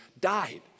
died